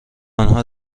آنها